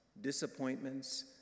disappointments